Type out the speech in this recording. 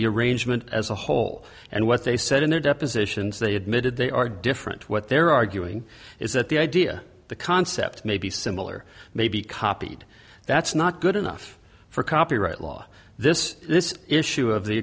the arrangement as a whole and what they said in their depositions they admitted they are different what they're arguing is that the idea the concept may be similar may be copied that's not good enough for copyright law this this issue of the